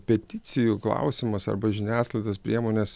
peticijų klausimas arba žiniasklaidos priemonės